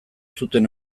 zuten